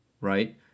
right